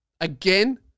again